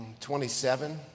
27